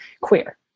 queer